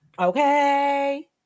Okay